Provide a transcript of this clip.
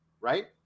right